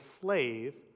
slave